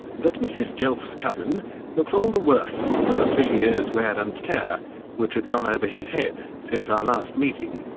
that mrs. jelf's cousin looked all the worse for the three years' wear and tear which had gone over his head since our last meeting.